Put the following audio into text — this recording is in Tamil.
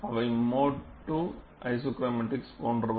அவை மோடு II ஐசோக்ரோமாடிக்ஸ் போன்றவை